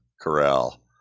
corral